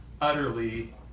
utterly